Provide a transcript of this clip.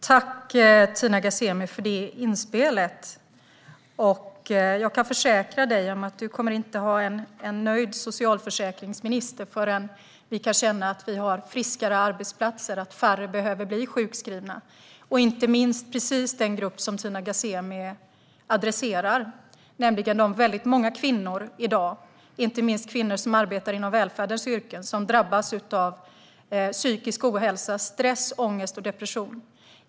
Herr talman! Tack för det inspelet, Tina Ghasemi! Jag kan försäkra dig om att du inte kommer att ha en nöjd socialförsäkringsminister förrän vi har friskare arbetsplatser så att färre behöver bli sjukskrivna. Det gäller inte minst precis den grupp som du tar upp, nämligen de många kvinnor i dag, inte minst kvinnor som arbetar inom välfärden, som drabbas av psykisk ohälsa - stress, ångest och depression.